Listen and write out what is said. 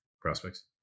prospects